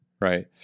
right